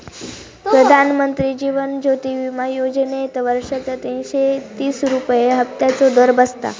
प्रधानमंत्री जीवन ज्योति विमा योजनेत वर्षाचे तीनशे तीस रुपये हफ्त्याचो दर बसता